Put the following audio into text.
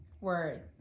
Word